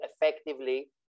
effectively